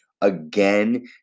again